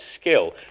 skill